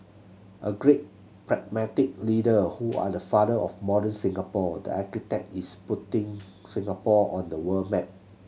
a great pragmatic leader who are the father of modern Singapore the architect is putting Singapore on the world map